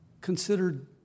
considered